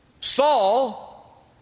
Saul